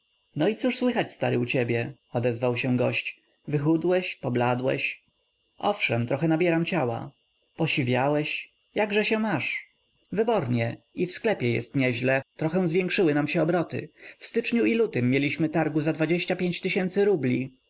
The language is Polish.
no i cóż słychać stary u ciebie odezwał się gość wychudłeś pobladłeś owszem trochę nabieram ciała posiwiałeś jakże się masz wybornie i w sklepie jest nie źle trochę zwiększyły nam się obroty w styczniu i lutym mieliśmy targu za tysięcy rubli